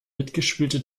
mitgespülte